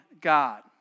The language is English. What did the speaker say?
God